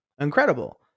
Incredible